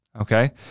okay